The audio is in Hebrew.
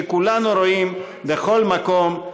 שכולנו רואים בכל מקום,